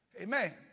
Amen